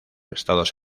estados